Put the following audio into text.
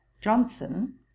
johnson